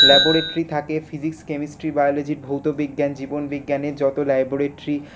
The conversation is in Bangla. ল্যাবরেটরি থাকে ফিজিক্স কেমেস্ট্রি বায়োলজি ভৌতবিজ্ঞান জীবনবিজ্ঞানের যত ল্যাবরেটরি